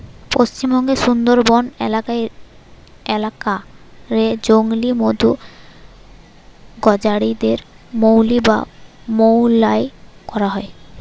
পশ্চিমবঙ্গের সুন্দরবন এলাকা রে জংলি মধু জগাড়ি দের মউলি বা মউয়াল কয়া হয়